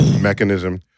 mechanism